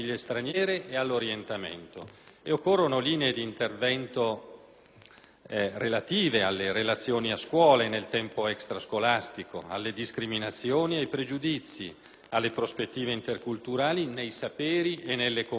occorrono linee di intervento circa le relazioni a scuola e nel tempo extrascolastico, le discriminazioni e i pregiudizi, le prospettive interculturali nei saperi e nelle competenze.